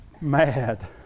mad